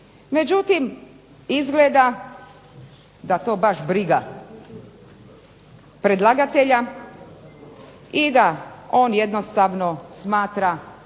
Međutim, izgleda da to baš briga predlagatelja i da on jednostavno smatra